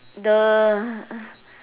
the